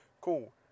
Cool